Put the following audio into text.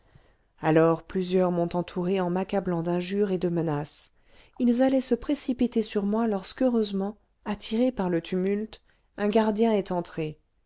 alors plusieurs m'ont entouré en m'accablant d'injures et de menaces ils allaient se précipiter sur moi lorsque heureusement attiré par le tumulte un gardien est entré